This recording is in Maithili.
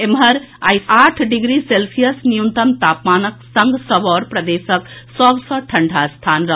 एम्हर आइ आठ डिग्री सेल्सियस न्यूनतम तापमानक संग सबौर प्रदेशक सभसॅ ठंडा स्थान रहल